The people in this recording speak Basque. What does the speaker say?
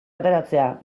ateratzea